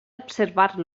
observar